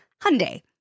Hyundai